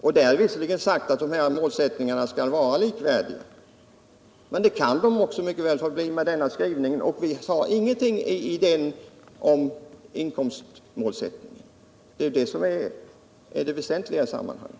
Där har visserligen sagts att dessa målsättningar skall vara likvärdiga, men de kan mycket väl betraktas så också med denna skrivning. I utredningen sades ingenting om inkomstmålsättningen, och det är det väsentliga i sammanhanget.